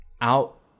out